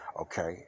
okay